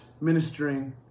ministering